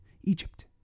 Egypt